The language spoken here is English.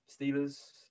Steelers